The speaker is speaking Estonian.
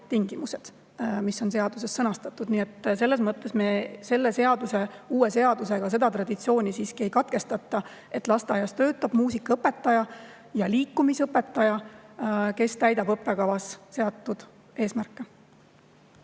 mis on seaduses sõnastatud, nii et selles mõttes me selle uue seadusega seda traditsiooni siiski ei katkesta, et lasteaias töötab muusikaõpetaja ja liikumisõpetaja, kes täidab õppekavas seatud eesmärke.